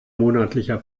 monatlicher